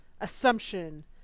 assumption